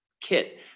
kit